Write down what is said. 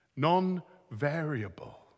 non-variable